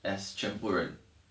as 全部人